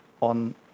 on